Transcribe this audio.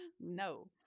No